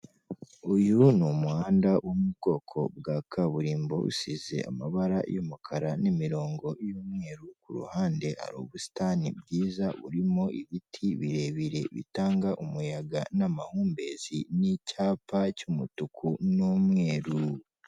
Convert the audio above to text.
Uyu ni umuhanda wo mu bwoko bwa kaburimbo, usize amabara y'umukara, n'imirongo y'umweru, kuruhande hari ubusitani bwiza, buririmo ibiti birebire, bitanga umuyaga n'amahumbezi, n'icyapa cy'umutuku n'umweru.